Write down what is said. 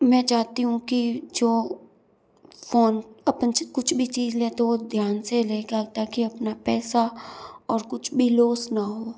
मैं चाहती हूँ कि जो फ़ोन अपन कुछ भी चीज़ लें तो वो ध्यान से लें क्या होता है कि अपना पैसा और कुछ भी लोस ना हो